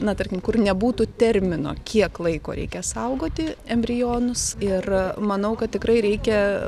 na tarkim kur nebūtų termino kiek laiko reikia saugoti embrionus ir manau kad tikrai reikia